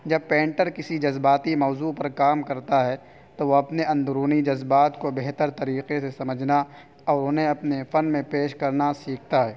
جب پینٹر کسی جذباتی موضوع پر کام کرتا ہے تو وہ اپنے اندرونی جذبات کو بہتر طریقے سے سمجھنا اور انہیں اپنے فن میں پیش کرنا سیکھتا ہے